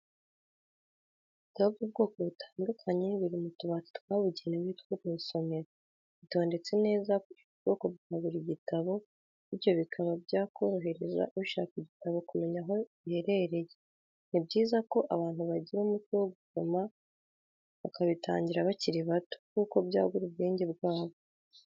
Ibitabo by'ubwoko butandukanye biri mu tubati twabugenewe two mw'isomero, bitondetse neza hakurikijwe ubwo bwa buri gitabo bityo bikaba byakorohereza ushaka igitabo kumenya aho giherereye, ni byiza ko abantu bagira umuco wo gusoma bakabitangira bakiri bato kuko byagura ubwenge bwabo.